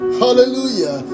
hallelujah